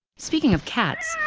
speaking of cats,